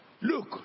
Look